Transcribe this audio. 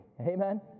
amen